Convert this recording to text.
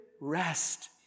rest